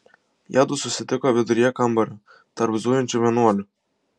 jiedu susitiko viduryje kambario tarp zujančių vienuolių